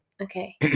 Okay